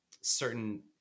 certain